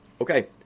Okay